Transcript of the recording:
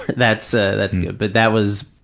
that's ah that's good, but that was,